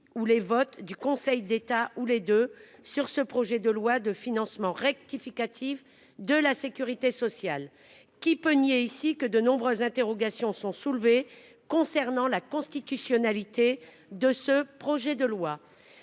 où les votes du Conseil d'État ou les deux sur ce projet de loi de financement rectificatif de la Sécurité sociale, qui peut nier ici que de nombreuses interrogations sont soulevées concernant la constitutionnalité de ce projet de loi.